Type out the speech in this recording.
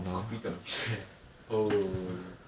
kopitiam chair !oi!